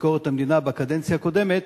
לביקורת המדינה בקדנציה הקודמת,